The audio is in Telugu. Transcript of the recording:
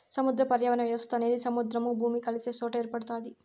సముద్ర పర్యావరణ వ్యవస్థ అనేది సముద్రము, భూమి కలిసే సొట ఏర్పడుతాది